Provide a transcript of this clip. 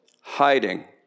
hiding